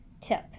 tip